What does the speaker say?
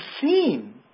seen